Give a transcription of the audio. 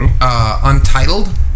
Untitled